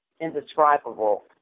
indescribable